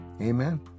Amen